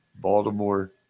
Baltimore